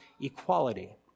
equality